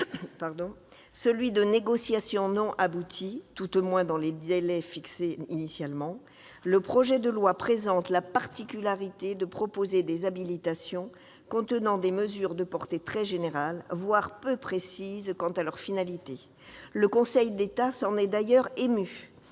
évoqué, celui de négociations non abouties- tout au moins dans les délais fixés initialement -, le projet de loi présente la particularité de proposer des habilitations contenant des mesures de portée très générale, voire peu précises quant à leurs finalités. Le Conseil d'État s'en est d'ailleurs ému,